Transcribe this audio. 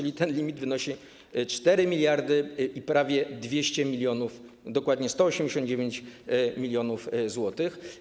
Limit wynosi 4 mld i prawie 200 mln, dokładnie 189 mln zł.